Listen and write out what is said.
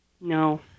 No